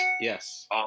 Yes